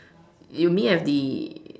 you mean at the